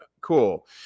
cool